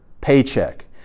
paycheck